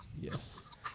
Yes